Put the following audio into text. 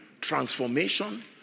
transformation